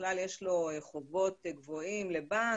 בכלל יש לו חובות גבוהים לבנק,